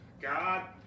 God